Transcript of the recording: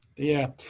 yeah.